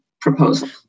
proposal